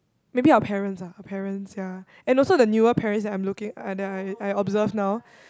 maybe our parents ah our parents ya and also the newer parents that I'm looking I that I I observed now